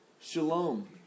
Shalom